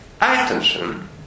attention